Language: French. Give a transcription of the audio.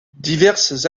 diverses